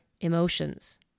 emotions